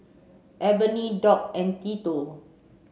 Ebony Doc and Tito